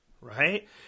right